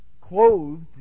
clothed